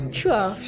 sure